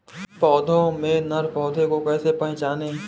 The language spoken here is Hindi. पौधों में नर पौधे को कैसे पहचानें?